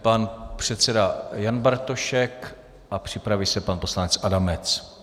Pan předseda Jan Bartošek a připraví se pan poslanec Adamec.